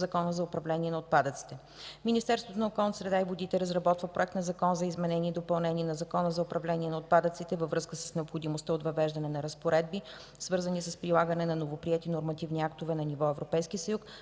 Закона за управление на отпадъците. Министерството на околната среда и водите разработва Законопроект за изменение и допълнение на Закона за управление на отпадъците във връзка с необходимостта от въвеждане на разпоредби, свързани с прилагане на новоприети нормативни актове на ниво Европейски